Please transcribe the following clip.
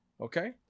Okay